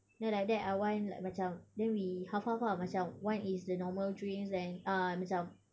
now like that I want like macam then we half half ah macam one is the normal drinks then uh macam